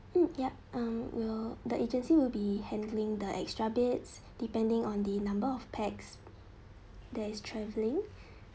mm yup mm will the agency will be handling the extra beds depending on the number of pax that is traveling